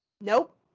Nope